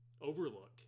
overlook